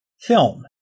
film